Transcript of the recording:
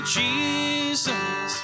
jesus